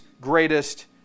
greatest